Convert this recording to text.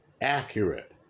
accurate